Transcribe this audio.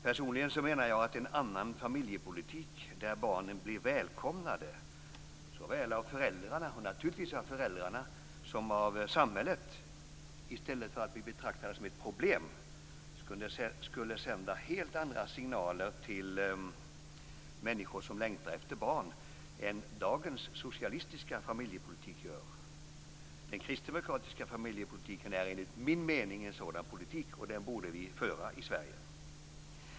Personligen menar jag att en annan familjepolitik, där barnen blir välkomnade av föräldrarna och samhället i stället för att bli betraktade som ett problem, skulle sända helt andra signaler till människor som längtar efter barn än dagens socialistiska familjepolitik. Den kristdemokratiska familjepolitiken är enligt min mening en sådan politik, och den borde vi föra i Sverige.